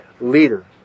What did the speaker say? leader